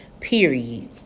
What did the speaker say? Period